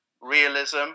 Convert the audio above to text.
realism